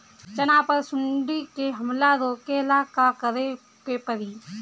चना पर सुंडी के हमला रोके ला का करे के परी?